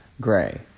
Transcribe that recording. gray